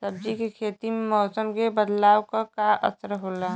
सब्जी के खेती में मौसम के बदलाव क का असर होला?